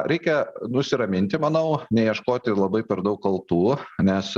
reikia nusiraminti manau neieškoti labai per daug kaltų nes